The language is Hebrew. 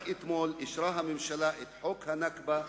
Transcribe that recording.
רק אתמול אישרה הממשלה את חוק ה"נכבה",